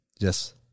Yes